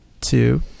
two